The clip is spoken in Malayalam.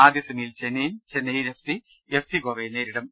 ആദ്യ സെമിയിൽ ചെന്നൈയിൽ Chennaiyin F C F C ഗോവയെ നേരിടും